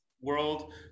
world